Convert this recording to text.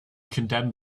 condemned